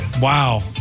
Wow